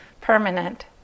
permanent